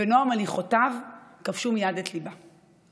ונועם הליכותיו כבשו מייד את ליבה.